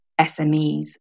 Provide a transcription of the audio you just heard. SMEs